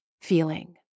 feeling